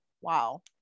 wow